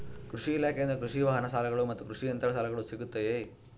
ಕೃಷಿ ಇಲಾಖೆಯಿಂದ ಕೃಷಿ ವಾಹನ ಸಾಲಗಳು ಮತ್ತು ಕೃಷಿ ಯಂತ್ರಗಳ ಸಾಲಗಳು ಸಿಗುತ್ತವೆಯೆ?